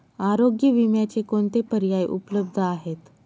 आरोग्य विम्याचे कोणते पर्याय उपलब्ध आहेत?